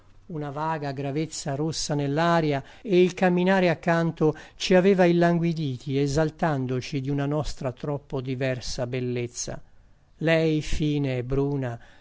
una vaga gravezza rossa nell'aria e il camminare accanto ci aveva illanguiditi esaltandoci di una nostra troppo diversa bellezza lei fine e bruna